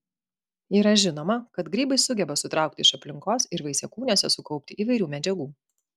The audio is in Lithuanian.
yra žinoma kad grybai sugeba sutraukti iš aplinkos ir vaisiakūniuose sukaupti įvairių medžiagų